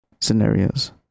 scenarios